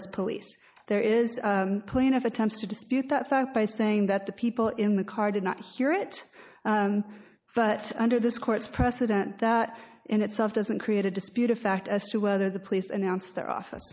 as police there is plenty of attempts to dispute that fact by saying that the people in the car did not hear it but under this court's precedent that in itself doesn't create a dispute of fact as to whether the police announced their office